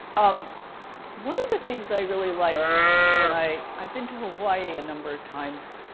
um one of the things i really liked when i i've been to hawaii a number of times.